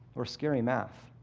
or scary math.